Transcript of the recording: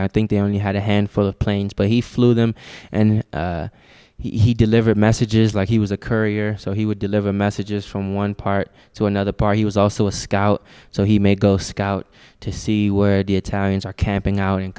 i think they only had a handful of planes but he flew them and he delivered messages like he was a courier so he would deliver messages from one part to another part he was also a scout so he may go scout to see were dia talents are camping out and